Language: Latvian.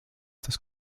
tas